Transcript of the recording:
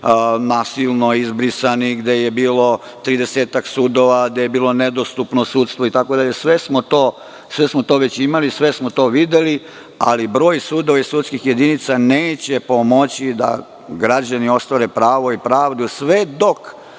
nasilno izbrisani, gde je bilo tridesetak sudova, gde je bilo nedostupno sudstvo itd, sve smo to već imali, sve smo to videli, ali broj sudova i sudskih jedinica neće pomoći da građani ostvare pravo i pravdu sve dok